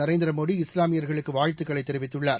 நரேந்திர மோடி புனித இஸ்லாமியர்களுக்கு வாழ்த்துக்களை தெரிவித்துள்ளார்